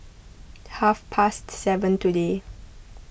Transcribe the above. half past seven today